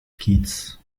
kits